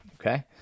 Okay